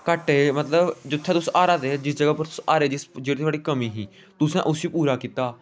घट्ट ऐ मतलब जित्थे तुस हारा दे हे जिस जगह उप्पर तुस हारे जेह्ड़ी थुआढ़ी कमी ही तुसें उसी पूरा कीता